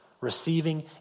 Receiving